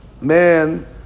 man